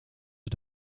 het